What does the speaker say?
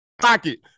Pocket